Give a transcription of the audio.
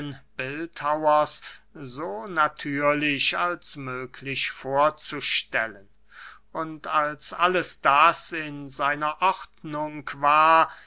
so natürlich als möglich vorzustellen und als alles das in seiner ordnung war